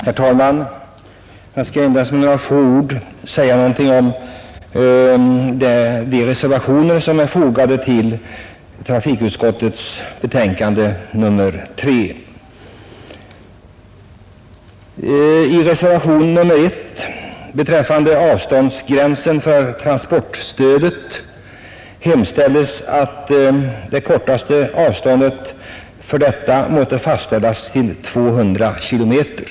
Herr talman! Jag skall endast säga några få ord om de reservationer som är fogade till trafikutskottets betänkande nr 3. I reservation nr 1 beträffande avståndsgränsen för transportstödet hemställes att det kortaste avståndet för transportstödet måtte fastställas till 200 kilometer.